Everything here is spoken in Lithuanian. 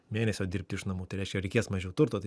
mėnesio dirbti iš namų tai reiškia reikės mažiau turto tai